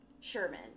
Sherman